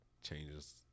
changes